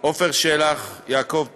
עפר שלח ויעקב פרי,